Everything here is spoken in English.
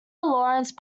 lawrence